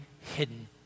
hidden